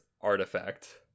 Artifact